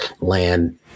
land